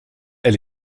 elle